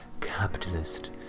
capitalist